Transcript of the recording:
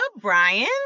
Brian